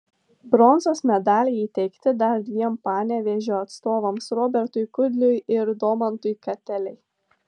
bronzos medaliai įteikti dar dviem panevėžio atstovams robertui kudliui ir domantui katelei